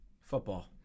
Football